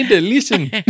listen